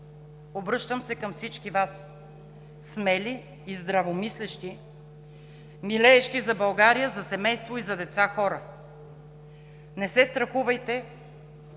Обръщам се към всички Вас смели и здравомислещи, милеещи за България, за семейство и за деца хора! Не се страхувайте!